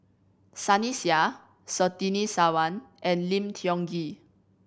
Sunny Sia Surtini Sarwan and Lim Tiong Ghee